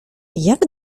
jak